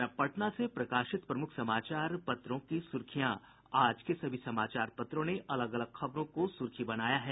और अब पटना से प्रकाशित प्रमुख समाचार पत्रों की सुर्खियां आज के सभी समाचार ने अलग अलग खबरों को सुर्खी बनाया है